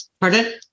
Pardon